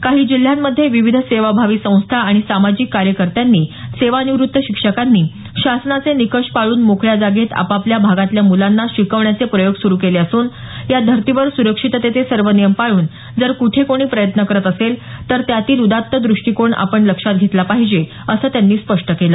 काही जिल्ह्यांमध्ये विविध सेवाभावी संस्था आणि सामाजिक कार्यकर्त्यांनी सेवानिवृत्त शिक्षकांनी शासनाचे निकष पाळून मोकळ्या जागेत आपआपल्या भागातल्या मुलांना शिकवण्याचे प्रयोग सुरु केले असून या धर्तीवर सुरक्षिततेचे सर्व नियम पाळून जर कुठे कोणी प्रयत्न करत असेल तर त्यातील उदात्त द्रष्टिकोन आपण लक्षात घेतला पाहिजे असं त्यांनी स्पष्ट केलं